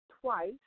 twice